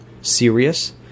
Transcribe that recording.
serious